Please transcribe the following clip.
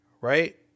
right